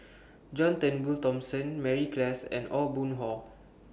John Turnbull Thomson Mary Klass and Aw Boon Haw